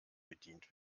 bedient